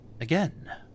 Again